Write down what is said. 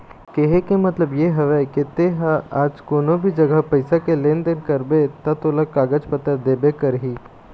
केहे के मतलब ये हवय के ते हा आज कोनो भी जघा पइसा के लेन देन करबे ता तोला कागज पतर देबे करही